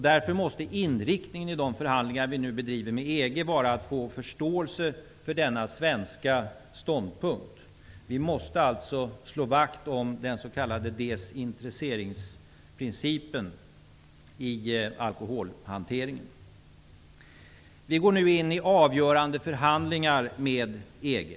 Därför måste inriktningen i de förhandlingar som vi nu bedriver med EG vara att sträva efter att få förståelse för denna svenska ståndpunkt. Vi måste alltså slå vakt om den s.k. desintresseringsprincipen i alkoholhanteringen. Vi går nu in i avgörande förhandlingar med EG.